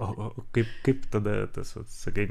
o o kaip kaip tada tasai sakai